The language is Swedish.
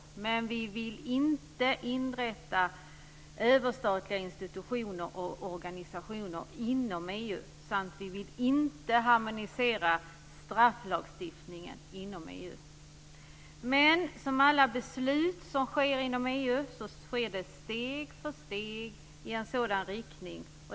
Vi vill dock inte inrätta överstatliga institutioner och organisationer inom EU och vi vill inte harmonisera strafflagstiftningen inom EU. Men, som när det gäller alla beslut som sker inom EU, så går detta steg för steg i en sådan riktning.